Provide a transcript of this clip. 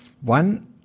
one